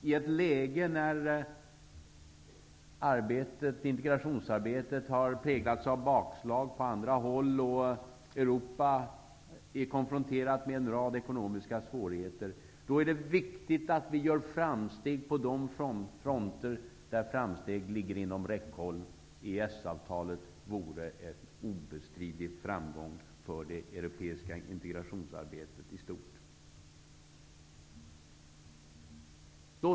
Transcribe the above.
I ett läge där integrationsarbetet har präglats av bakslag på andra håll, och Europa är konfronterat med en rad ekonomiska svårigheter, är det viktigt att vi gör framsteg på de fronter där framsteg ligger inom räckhåll. EES-avtalet vore en obestridlig framgång för det europeiska integrationsarbetet i stort.